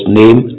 name